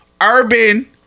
Urban